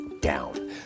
down